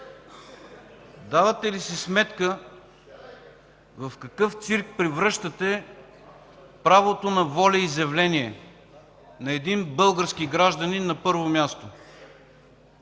давате ли си сметка в какъв цирк превръщате правото на волеизявление на един български гражданин, на първо място?